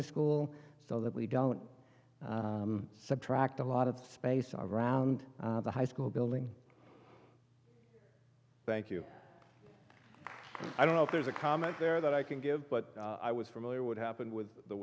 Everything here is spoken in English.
to school so that we don't subtract a lot of space around the high school building thank you i don't know if there's a comment there that i can give but i was familiar what happened with the